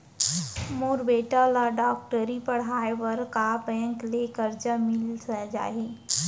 मोर बेटा ल डॉक्टरी पढ़ाये बर का बैंक ले करजा मिलिस जाही?